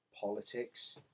politics